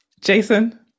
Jason